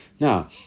Now